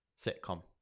sitcom